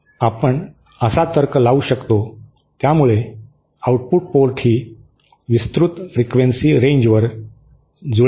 आपण असा तर्क लावू शकतो त्यामुळे आउटपुट पोर्टही विस्तृत फ्रिक्वेन्सी रेंजवर जुळेल